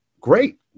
great